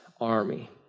army